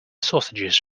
sausages